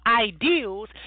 ideals